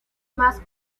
más